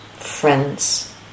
friends